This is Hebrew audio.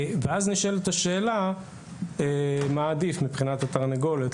אז נשאלת השאלה מה עדיף מבחינת התרנגולת,